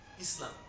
Islam